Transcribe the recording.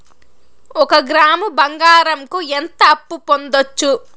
ఒక గ్రాము బంగారంకు ఎంత అప్పు పొందొచ్చు